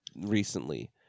recently